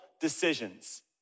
decisions